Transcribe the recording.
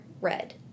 red